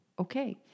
okay